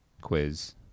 quiz